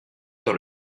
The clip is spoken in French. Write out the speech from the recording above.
dans